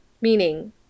meaning